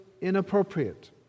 inappropriate